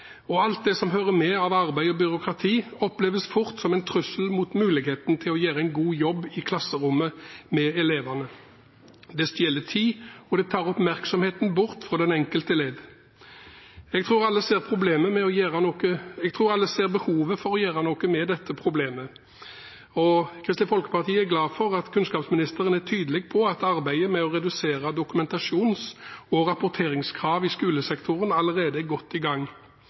og av alt det som hører med av arbeid og byråkrati – oppleves fort som en trussel mot muligheten til å gjøre en god jobb i klasserommet med elevene. Det stjeler tid, og det tar oppmerksomheten bort fra den enkelte elev. Jeg tror alle ser behovet for å gjøre noe med dette problemet. Kristelig Folkeparti er glad for at kunnskapsministeren er tydelig på at arbeidet med å redusere rapporterings- og dokumentasjonskravet i skolesektoren allerede er godt i gang,